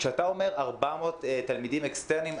כשאתה אומר 400 תלמידים אקסטרניים,